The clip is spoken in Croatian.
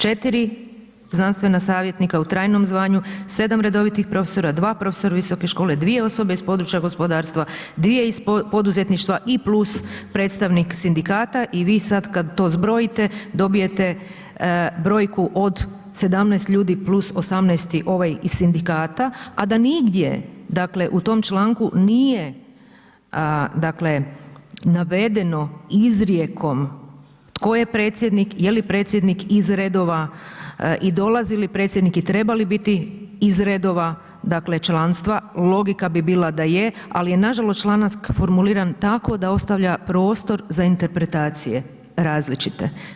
4 znanstvena savjetnika u trajnom zvanju, 7 redovitih profesora, 2 profesora visoke škole, 2 osobe iz područja gospodarstva, 2 iz poduzetništva i plus predstavnik sindikata i vi sad kad to zbrojite, dobijete brojku od 17 ljudi plus 18. ovaj iz sindikata a da nigdje dakle u tom članku nije navedeno izrijekom tko je predsjednik, je li predsjednik iz redova i dolazi li predsjednik i treba li biti iz redova članstva, logika bi bila da je ali je nažalost članak formuliran tako da ostavlja prostor za interpretacije različite.